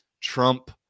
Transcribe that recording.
Trump